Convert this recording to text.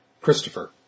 Christopher